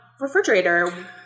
refrigerator